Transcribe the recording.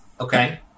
Okay